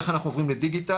איך אנחנו עוברים לדיגיטל,